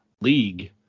league